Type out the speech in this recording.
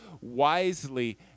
wisely